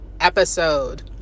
episode